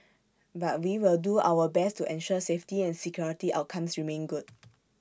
but we will do our best to ensure safety and security outcomes remain good